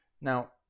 Now